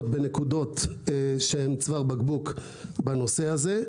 בנקודות שהן צוואר בקבוק בנושא הזה.